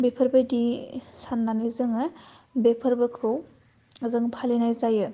बेफोरबायदि सान्नानै जोङो बे फोरबोखौ जों फालिनाय जायो